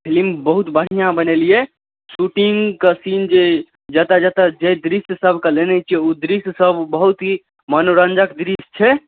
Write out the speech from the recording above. film बहुत बढ़िआँ बनेलिए शूटिङ्गके सीन जे जतऽ जतऽ जाहि दृश्यसबके लेने छिए ओ दृश्यसब बहुत ही मनोरञ्जक दृश्य छै